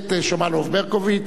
בבקשה, חברת הכנסת שמאלוב-ברקוביץ,